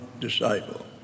disciple